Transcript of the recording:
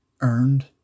earned